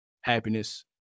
Happiness